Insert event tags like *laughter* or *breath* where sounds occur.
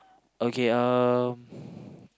okay um *breath*